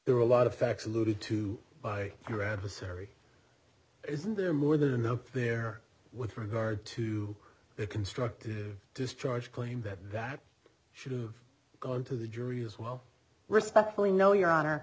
there are a lot of facts alluded to by your adversary isn't there more than enough there with regard to that construct discharge claim that that should have gone to the jury as well respectfully no your honor